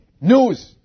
News